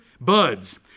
buds